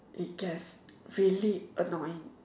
it gets really annoying